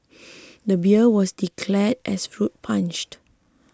the beer was declared as fruit punched